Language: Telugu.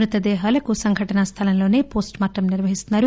మృతదేహాలకు సంఘటనా స్టలంలోసే పోస్ట్ మార్టం నిర్వహిస్తున్నారు